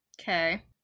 Okay